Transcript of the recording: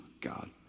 God